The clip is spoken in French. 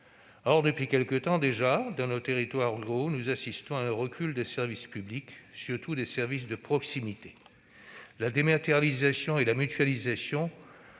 Or, depuis quelque temps déjà, dans nos territoires ruraux, nous assistons à un recul des services publics, surtout des services de proximité. La dématérialisation et la mutualisation